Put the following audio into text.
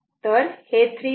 तर हे 3